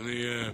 אדוני,